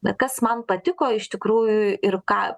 bet kas man patiko iš tikrųjų ir ką